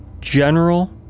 General